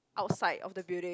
outside of the building